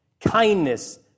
kindness